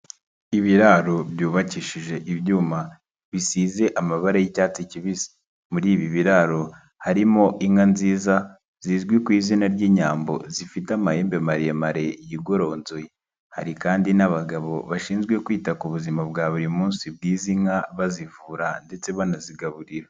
Ibiraro byubakishije ibyuma, bisize amabara y'icyatsi kibisi. Muri ibi biraro harimo inka nziza zizwi ku izina ry'inyambo, zifite amahembe maremare yigoronzoye, hari kandi n'abagabo bashinzwe kwita ku buzima bwa buri munsi bw'izi inka, bazivura ndetse banazigaburira.